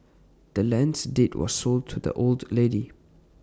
the land's deed was sold to the old lady